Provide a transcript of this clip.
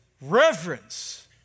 Reverence